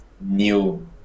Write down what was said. new